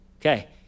Okay